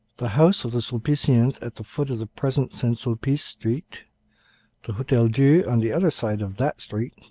the house of the sulpicians at the foot of the present saint-sulpice street the hotel-dieu on the other side of that street